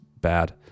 bad